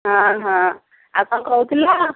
ହଁ ହଁ ଆଉ କ'ଣ କହୁଥିଲ